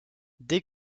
dès